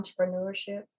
entrepreneurship